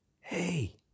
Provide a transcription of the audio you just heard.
Hey